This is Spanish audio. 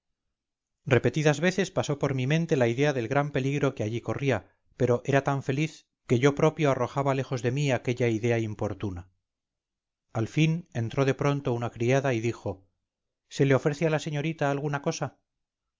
repetidas veces pasó por mi mente la idea del gran peligro que allí corría pero era tan feliz que yo propio arrojaba lejos de mí aquella idea importuna al fin entró de pronto una criada y dijo se le ofrece a la señorita alguna cosa